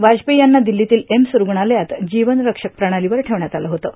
वाजपेयी यांना दिल्लीतील एम्स रूग्णालयात जीवनरक्षक प्रणालीवर ठेवण्यात आलं होतं